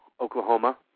Oklahoma